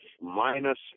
minus